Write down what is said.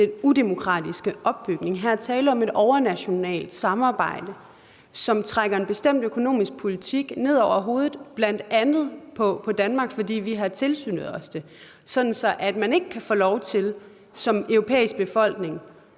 den udemokratiske opbygning. Her er tale om et overnationalt samarbejde, som trækker en bestemt økonomisk politik ned over hovedet bl.a. på Danmark, fordi vi har tilsluttet os det, sådan at man ikke kan få lov til som europæisk befolkning